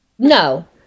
No